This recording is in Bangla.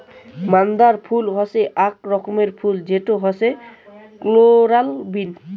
মান্দার ফুল হই আক রকমের ফুল যেটো হসে কোরাল বিন